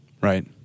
Right